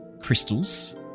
crystals